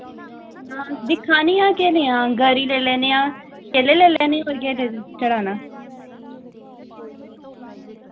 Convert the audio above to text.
हां दिक्खा नी ऐं केह् देआं गरी लेई लैन्ने आं केले लेई लैने आं कोई डेढ़ दर्जन चढ़ाना